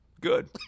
Good